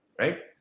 Right